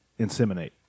inseminate